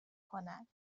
کنند